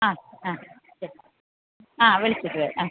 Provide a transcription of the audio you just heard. ആ ആ ശരി ആ വിളിച്ചിട്ട് വരാം ആ